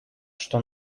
что